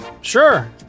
Sure